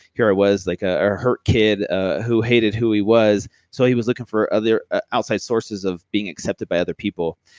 here i was like a hurt kid ah who hated who he was. so he was looking for other outside sources of being accepted by other people.